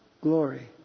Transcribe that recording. glory